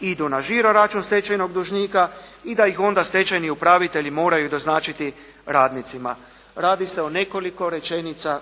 idu na žiro-račun stečajnog dužnika i da ih onda stečajni upravitelji moraju doznačiti radnicima. Radi se o nekoliko rečenica